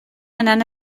anant